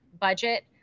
budget